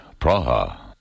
Praha